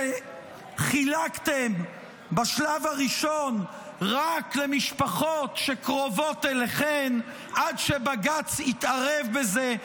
שחילקתם בשלב הראשון רק למשפחות שקרובות אליכם עד שבג"ץ התערב בזה.